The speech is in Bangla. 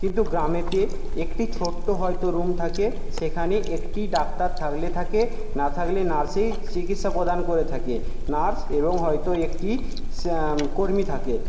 কিন্তু গ্রামেতে একটি ছোট্ট হয়তো রুম থাকে সেখানে একটি ডাক্তার থাকলে থাকে না থাকলে নার্সেই চিকিৎসা প্রদান করে থাকে নার্স এবং হয়তো একটি কর্মী থাকে